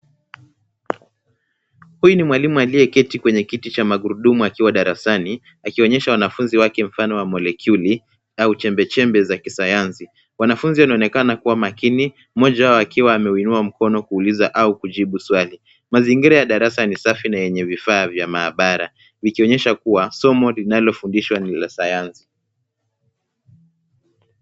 Huyu ni mwalimu aliyeketi kwenye kiti cha magurudumu akiwa darasani akionyesha wanafunzi wake mfano wa molekuli au chembechembe za kisayansi. Wanafunzi wanaonekana kuwa makini, mmoja wao akiwa ameuinua mkono kuuliza au kujibu swali. Mazingira ya darasa ni safi na yenye vifaa vya maabara vikionyesha kuwa somo linalofundisha ni la sayansi.